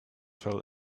fell